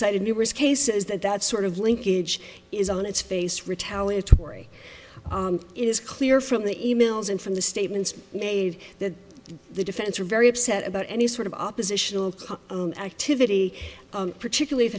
in numerous cases that that sort of linkage is on its face retaliatory it is clear from the e mails and from the statements made that the defense are very upset about any sort of oppositional own activity particularly if